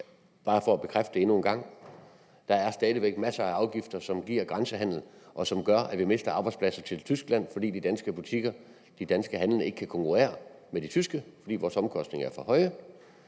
Bare for at bekræfte det endnu en gang vil jeg sige: Der er masser af afgifter, der giver grænsehandel, og som gør, at vi mister arbejdspladser til Tyskland, fordi de danske handlende, fordi de danske butikker, ikke kan konkurrere med de tyske, fordi vores omkostninger er for høje.